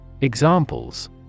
Examples